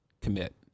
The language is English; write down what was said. commit